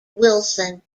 wilson